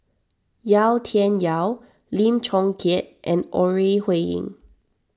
Yau Tian Yau Lim Chong Keat and Ore Huiying